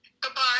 Goodbye